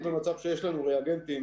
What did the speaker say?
עכשיו אנחנו במצב שיש לנו ריאגנטים